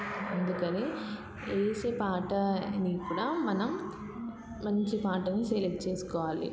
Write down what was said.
అందుకని వేసే పాటలని కూడా మనం మంచి పాటని సెలెక్ట్ చేసుకోవాలి